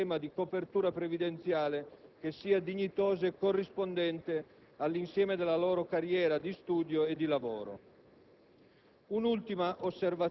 di avere invece un sistema di copertura previdenziale dignitoso e corrispondente all'insieme della loro carriera di studio e lavoro.